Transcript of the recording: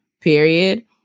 period